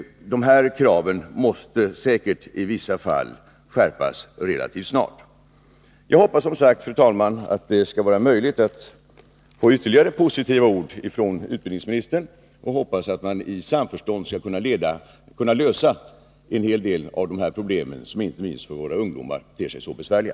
Dessa krav måste säkerligen i vissa fall skärpas relativt snart. Jag hoppas som sagt, fru talman, att det skall vara möjligt att få ytterligare positiva ord från utbildningsministern och att vi i samförstånd skall kunna lösa en hel del av dessa problem, som inte minst för våra ungdomar ter sig så besvärliga.